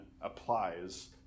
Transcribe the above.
applies